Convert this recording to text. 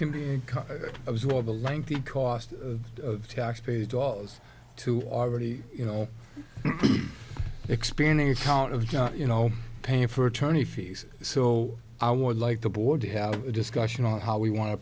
can be a lot of a lengthy cost of taxpayer dollars to already you know expanding account of just you know paying for attorney fees so i would like the board to have a discussion on how we want to